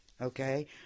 Okay